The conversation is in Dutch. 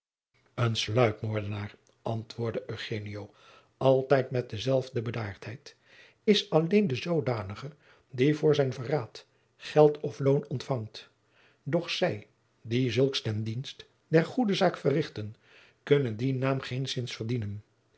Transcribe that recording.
een sluikmoordenaar antwoordde eugenio altijd met dezelfde bedaardheid is alleen de zoodanige die voor zijn verraad geld of loon ontfangt doch zij die zulks ten dienst der goede zaak verrichten kunnen dien naam geenszins verdienen